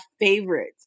favorite